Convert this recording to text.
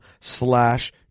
slash